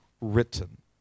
written